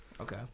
Okay